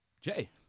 Jay